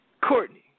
Courtney